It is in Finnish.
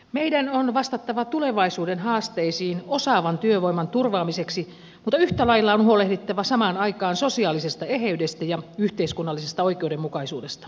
meidän on vastattava tulevaisuuden haasteisiin osaavan työvoiman turvaamiseksi mutta yhtä lailla on huolehdittava samaan aikaan sosiaalisesta eheydestä ja yhteiskunnallisesta oikeudenmukaisuudesta